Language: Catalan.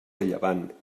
rellevant